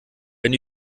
wenn